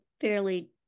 fairly